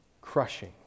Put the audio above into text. crushing